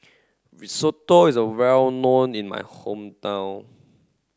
Risotto is well known in my hometown